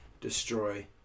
destroy